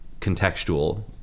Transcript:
contextual